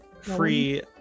free